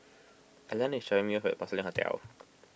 Ellen is dropping me off at Porcelain Hotel